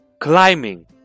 climbing